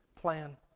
plan